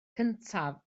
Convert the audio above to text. cyntaf